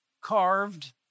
carved